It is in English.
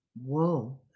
Whoa